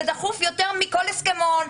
זה דחוף יותר מכל הסכמון,